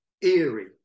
eerie